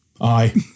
Aye